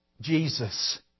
Jesus